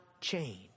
change